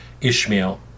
Ishmael